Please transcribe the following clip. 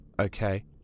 okay